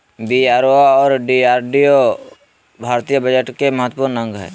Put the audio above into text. BRO और DRDO भारतीय budget के महत्वपूर्ण अंग हय